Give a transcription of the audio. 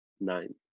nine